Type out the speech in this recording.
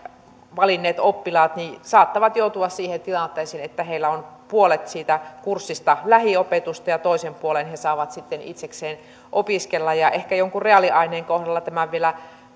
oppilaat saattavat joutua siihen tilanteeseen että heillä on puolet siitä kurssista lähiopetusta ja toisen puolen he saavat sitten itsekseen opiskella ehkä jonkun reaaliaineen kohdalla tämän vielä